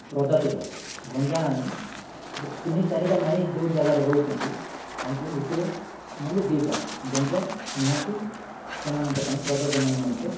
ପ୍ରଜାତିର ଗଞ୍ଜା ଆଣି ଗୋଟେ ତିନି ଚାରିଟା ମାଇଁ ଯେଉଁ ଜାଗାରେ ରହୁଛନ୍ତି ତାଙ୍କୁ ଗୋଟିଏ ନହେଲେ ଦୁଇଟା ଗଞ୍ଜା ନିହାତି ସେମାନଙ୍କ ପାଇଁ ପ୍ରଜନନ ନିମନ୍ତେ